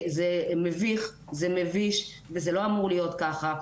זה מביך, זה מביש וזה לא אמור להיות ככה.